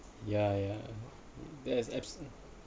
yeah yeah that's absolute